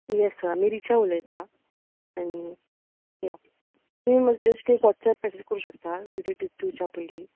येस sir आमी रिचा उलयता आनी या तुमी म्हाका जस्ट एक वोट्सेप मेसेज करू शकता विजीट दिवच्या पयलीं